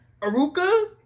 Aruka